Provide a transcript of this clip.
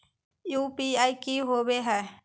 UPI की होवे हय?